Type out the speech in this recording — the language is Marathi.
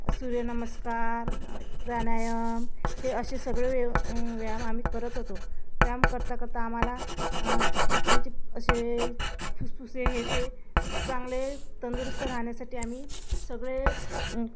सूर्यनमस्कार प्राणायाम हे असे सगळे व्यायाम आम्ही करत होतो व्यायाम करता करता आम्हाला आमचे असे फुफ्फुसे हे चांगले तंदुरुस्त राहण्यासाठी आम्ही सगळे